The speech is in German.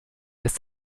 ist